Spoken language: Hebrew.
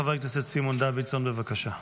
חבר הכנסת סימון דוידסון, בבקשה.